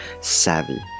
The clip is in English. Savvy